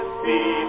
see